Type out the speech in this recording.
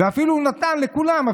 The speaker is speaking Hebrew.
הוא נתן לכולם,